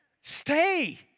Stay